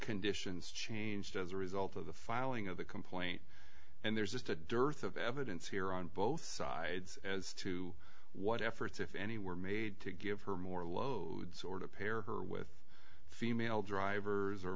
conditions changed as a result of the filing of the complaint and there's just a dearth of evidence here on both sides as to what efforts if any were made to give her more low or to pair with female drivers or